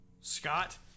Scott